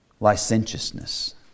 licentiousness